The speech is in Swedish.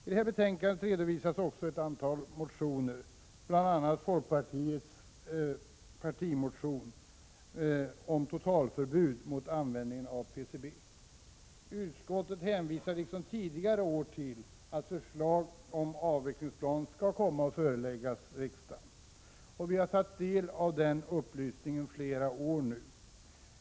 I det här betänkandet redovisas också ett antal motioner, bl.a. folkpartiets partimotion om totalförbud mot användningen av PCB. Utskottet hänvisar liksom tidigare år till att förslag om avvecklingsplan skall föreläggas riksdagen. Vi har tagit del av den upplysningen flera år.